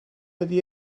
ydy